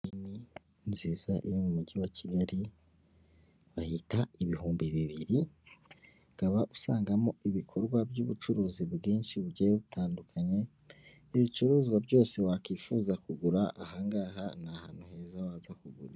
Inzu nini nziza iri mu mujyi wa kigali bahita ibihumbi bibiri ukaba usangamo ibikorwa by'ubucuruzi bwinshi bugiye butandukanye, ibicuruzwa byose wakwifuza kugura aha ngaha ni ahantu heza waza kugurira.